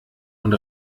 und